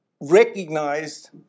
recognized